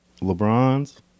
LeBron's